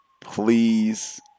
Please